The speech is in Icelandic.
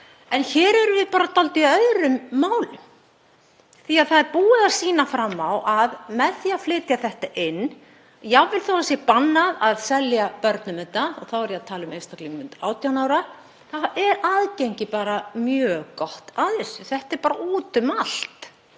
En hér erum við í dálítið öðrum málum því að það er búið að sýna fram á að með því að flytja þetta inn, jafnvel þótt bannað sé að selja börnum þetta, og þá er ég að tala um einstaklinga undir 18 ára, þá er aðgengi bara mjög gott að þessu. Þetta er bara úti um allt.